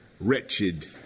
wretched